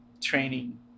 training